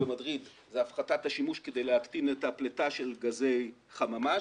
במדריד זה הפחתת השימוש כדי להקטין את הפליטה של גזי חממה,